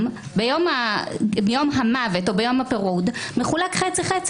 ביום המוות או ביום הפירוד מחולק חצי-חצי,